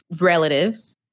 relatives